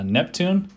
Neptune